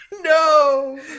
No